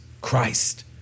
Christ